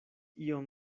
iom